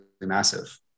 massive